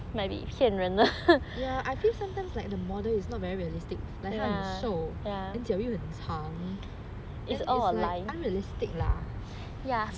ya I feel sometimes like the model is not very realistic like 她很瘦脚又很长 it's unrealistic lah